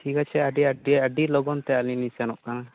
ᱴᱷᱤᱠ ᱟᱪᱷᱮ ᱟᱹᱰᱤ ᱟᱹᱰᱤ ᱟᱹᱰᱤ ᱞᱚᱜᱚᱱ ᱛᱮ ᱟᱹᱞᱤᱧ ᱞᱤᱧ ᱥᱮᱱᱚᱜ ᱠᱟᱱᱟ